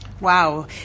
Wow